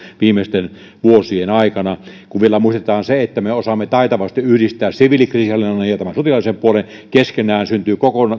viimeisten vuosien aikana kun vielä muistetaan se että me osaamme taitavasti yhdistää siviilikriisinhallinnan ja ja tämän sotilaallisen puolen keskenään niin että syntyy